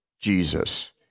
Jesus